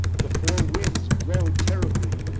the four winds blow terribly,